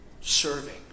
serving